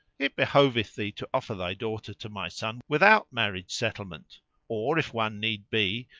it behoveth thee to offer thy daughter to my son without marriage settlement or if one need be,